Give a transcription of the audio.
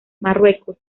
marruecos